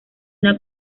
una